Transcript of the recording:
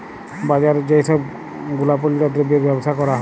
বাজারে যেই সব গুলাপল্য দ্রব্যের বেবসা ক্যরা হ্যয়